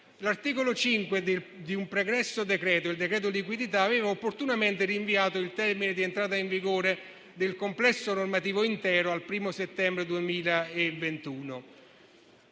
l'articolo 5 del decreto-legge liquidità aveva opportunamente rinviato il termine di entrata in vigore del complesso normativo intero al primo settembre 2021.